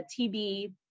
TB